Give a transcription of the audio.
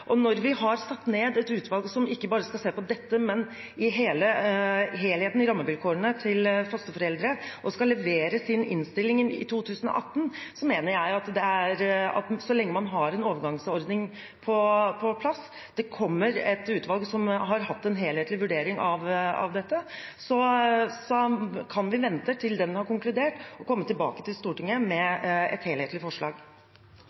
Vi har altså satt ned et utvalg som ikke bare skal se på dette, men på helheten i rammevilkårene til fosterforeldre, og som skal levere sin innstilling i 2018. Jeg mener at så lenge man har en overgangsordning på plass, og det kommer et utvalg som har hatt en helhetlig vurdering av dette, kan vi vente til det har konkludert, og så komme tilbake til Stortinget med et helhetlig forslag.